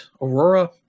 Aurora